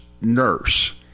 nurse